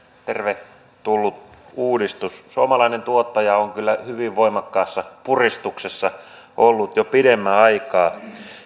tervetullut uudistus suomalainen tuottaja on kyllä hyvin voimakkaassa puristuksessa ollut jo pidemmän aikaa